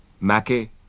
Mackey